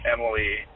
Emily